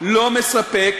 לא מספק,